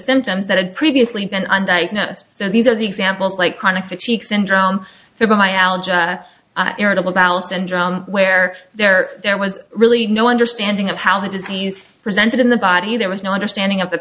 symptoms that had previously been undiagnosed so these are the examples like chronic fatigue syndrome from my algebra irritable bowel syndrome where there there was really no understanding of how the disease presented in the body there was no understanding of the